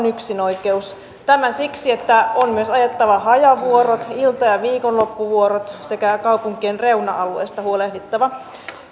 yksinoikeus tämä siksi että on myös ajettava hajavuorot ilta ja viikonloppuvuorot sekä kaupunkien reuna alueista huolehdittava